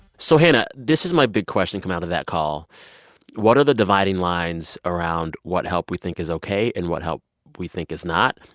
so hannah, this is my big question coming out of that call what are the dividing lines around what help we think is ok and what help we think is not?